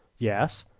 yes,